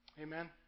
Amen